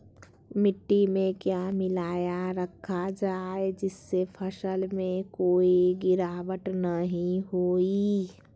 मिट्टी में क्या मिलाया रखा जाए जिससे फसल में कोई गिरावट नहीं होई?